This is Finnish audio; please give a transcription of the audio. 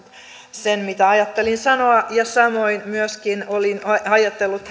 sen mitä ajattelin sanoa samoin myöskin olin ajatellut